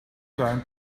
time